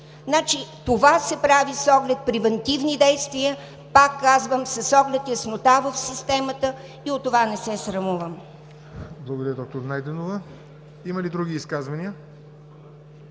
Това се прави с оглед на превантивни действия, пак казвам, с оглед яснота в системата и от това не се срамувам.